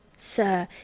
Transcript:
sir,